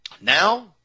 Now